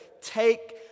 take